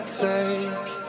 take